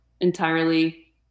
entirely